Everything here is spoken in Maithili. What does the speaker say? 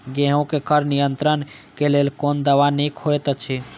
गेहूँ क खर नियंत्रण क लेल कोन दवा निक होयत अछि?